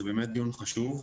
זה באמת דיון חשוב.